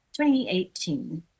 2018